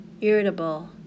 irritable